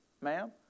ma'am